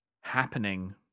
happening